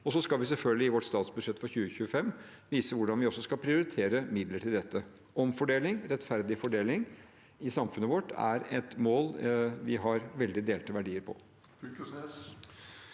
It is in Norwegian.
2025 skal vi selvfølgelig vise hvordan vi også skal prioritere midler til dette. Omfordeling og rettferdig fordeling i samfunnet vårt er et mål vi har veldig delte verdier om.